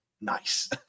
nice